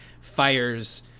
fires